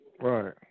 Right